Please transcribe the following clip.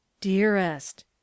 Dearest